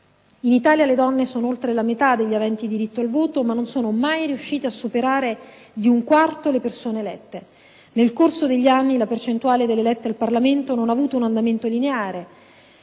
In Italia, le donne sono oltre la metà degli aventi diritto al voto, ma non sono mai riuscite a superare la quota di un quarto delle persone elette. Nel corso degli anni, la percentuale delle elette al Parlamento non ha avuto un andamento lineare,